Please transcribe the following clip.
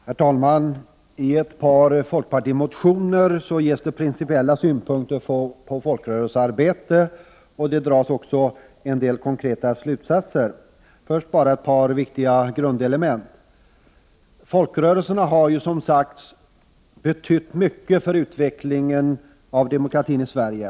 Herr talman! I ett par folkpartimotioner ger vi några principiella synpunkter på folkrörelsearbete och drar också en del konkreta slutsatser. Först bara ett par viktiga grundelement. Folkrörelserna har, som sagts, betytt mycket för utvecklingen av demokratin i Sverige.